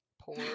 poor